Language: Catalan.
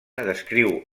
descriu